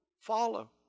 follow